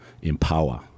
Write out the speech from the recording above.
empower